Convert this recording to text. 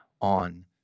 on